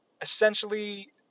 essentially